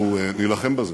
אנחנו נילחם בזה